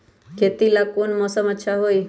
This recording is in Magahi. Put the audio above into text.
खेती ला कौन मौसम अच्छा होई?